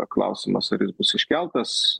klausimas ar jis bus iškeltas